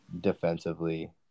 defensively